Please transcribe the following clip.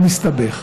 הוא מסתבך.